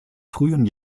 frühen